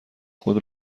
خود